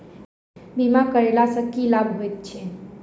बीमा करैला सअ की लाभ होइत छी?